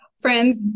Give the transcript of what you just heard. Friends